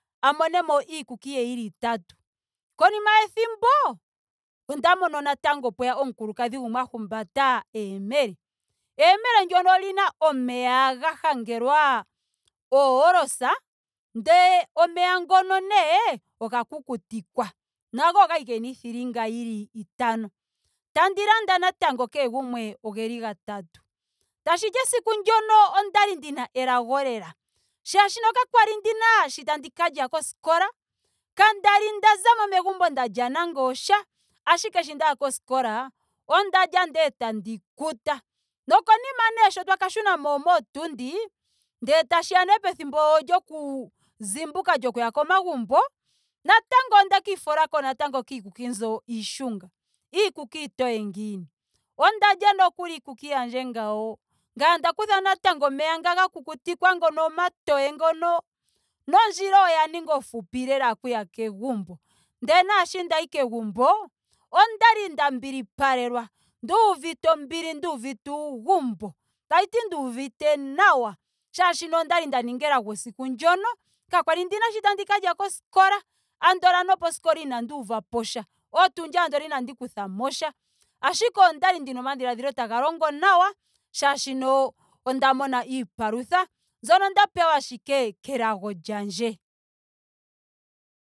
A mone mo iikukyi ye yili itatu. Konima yethimbo onda mono natango pweya omukulukadhi gumwe a humbata eyemele. Eyemele ndyono olina omeya ga hangelwa ooros. ndele omeya ngono nee oga kukutikwa. Nago okwali gena iithilinga itano. Tandi landa natango kehe gumwe ogeli gatatu. Tashiti esiku ndyono okwali ndina elago lela. Molwaashoka kandali ndina shoka tandi ka lya koskola. kandali nda zamo megumbo nda lya nando oosha. ashike sho ndaya koskola onda lya ndee tandi kuta. Nokonima nee sho twaka shuna mo mootundi ndele tashiya pethimbo lyoku zimbuka lyokuya komagumbo natango ondka ifolako natango kiikuki mbyo iishunga. Iikuki iitoye ngiini. Onda lya nokuli iikuki yandje ngawo. ngame onda kutha natango omeya nga ga kukutikwa ngono omatoye ngono. nondjila oya ninga ela onfupi okuya kegumbo. Ndele naasho ndayi kegumbo okwali nda mbilipalelwa nduuvite ombili. nuuvite uugumbo. tashiti nduuvite nawa molwaashoka okwali nda ninga elago esiku ndyoka. Kakwali ndina shoka tandi ka lya koskola. andola noposkola inandi uvaposha. Mootundi andola inandi kuthamo sha. Ashike okwali ndina omadhiladhilo taga longo nawa molwaashoka onda mona iipalutha mbyoka nda pewa ashike kelago lyandje.